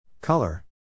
Color